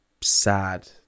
sad